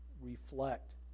reflect